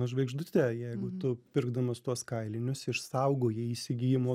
žvaigždute jeigu tu pirkdamas tuos kailinius išsaugojai įsigijimo